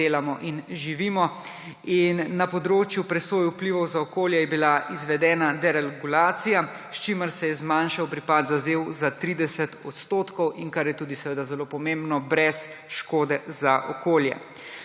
delamo in živimo. Na področju presoje vplivov za okolje je bila izvedene deregulacija, s čimer se je zmanjšal pripad zadev za 30 %, in kar je tudi zelo pomembno – brez škode za okolje.